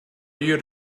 you